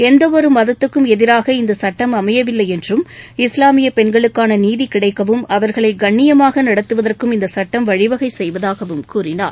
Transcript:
எந்தவொரு மதத்துக்கும் எதிராக இந்த சட்டம் அமையவில்லை என்றும் இஸ்லாமிய பெண்களுக்கான நீதி கிடைக்கவும் அவர்களை கண்ணியமாக நடத்துவதற்கும் இந்த சுட்டம் வழிவகை செய்வதாகவும் கூறினார்